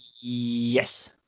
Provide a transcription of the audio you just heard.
yes